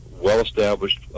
well-established